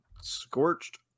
scorched